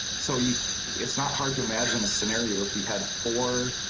so you it's not hard to imagine a scenario would be had for.